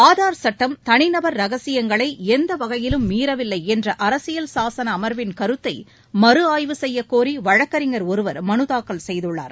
ஆதார் சுட்டம் தனி நபர் ரகசியங்களை எந்த வகையிலும் மீறவில்லை என்ற அரசியல் சாசன அமர்வின் கருத்தை மறு ஆய்வு செய்யக்கோரி வழக்கறிஞர் ஒருவர் மதைாக்கல் செய்துள்ளார்